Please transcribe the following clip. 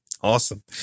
awesome